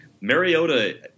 Mariota